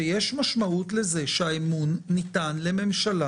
שיש משמעות לזה שהאמון ניתן לממשלה